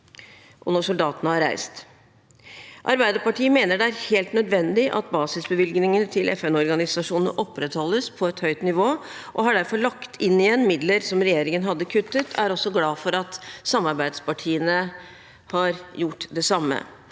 og når soldatene har reist. Arbeiderpartiet mener det er helt nødvendig at basisbevilgningene til FN-organisasjonene opprettholdes på et høyt nivå, og har derfor lagt inn igjen midler som regjeringen hadde kuttet. Jeg er også glad for at samarbeidspartiene har gjort det samme.